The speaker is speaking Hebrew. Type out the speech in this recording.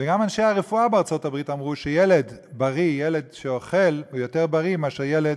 וגם אנשי הרפואה בארצות-הברית אמרו שילד שאוכל הוא יותר בריא מאשר ילד